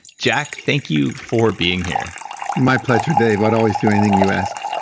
jack, thank you for being here my pleasure, dave. i'd always do anything you ask